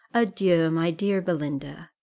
adieu, my dear belinda,